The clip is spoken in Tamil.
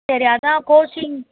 சரி அதான் கோச்சிங்